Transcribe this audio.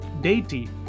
deity